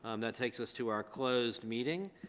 um that takes us to our closed meeting.